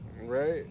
Right